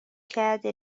کردی